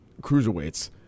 cruiserweights